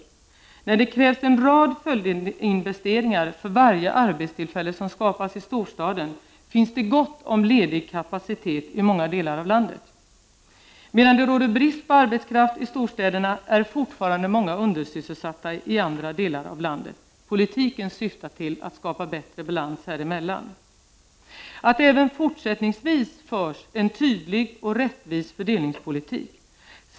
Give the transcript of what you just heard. Medan det krävs en rad följdinvesteringar för varje arbetstillfälle som skapas i storstaden, finns det gott om ledig kapacitet i många delar av landet. Medan det råder brist på arbetskraft i storstäderna, är fortfarande många undersysselsatta i andra delar av landet. Politiken syftar till att skapa bättre balans häremellan. Vi skall även fortsättningsvis föra en tydlig och rättvis fördelningspolitik.